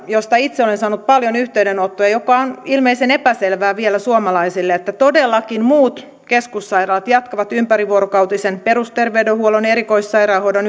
josta itse olen saanut paljon yhteydenottoja ja joka on ilmeisen epäselvää vielä suomalaisille että todellakin muut keskussairaalat jatkavat ympärivuorokautisen perusterveydenhuollon ja erikoissairaanhoidon